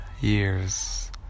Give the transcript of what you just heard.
years